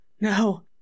No